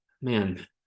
man